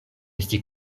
esti